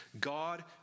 God